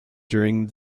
during